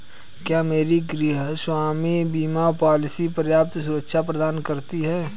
क्या मेरी गृहस्वामी बीमा पॉलिसी पर्याप्त सुरक्षा प्रदान करती है?